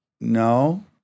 No